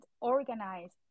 organized